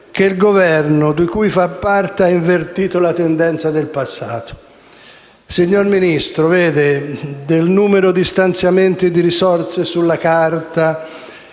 che il Governo di cui fa parte ha invertito la tendenza del passato. Vede, signor Ministro, del numero di stanziamenti di risorse sulla carta,